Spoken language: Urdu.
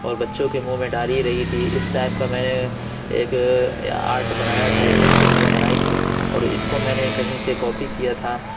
اور بچوں کے منہ میں ڈال ہی رہی تھی اس ٹائپ کا میں نے ایک آرٹ بنایا تھا ایک پینٹنگ میں نے بنائی تھی اور اس کو میں نے کہیں سے کاپی کیا تھا